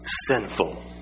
sinful